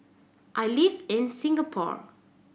I live in Singapore